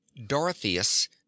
Dorotheus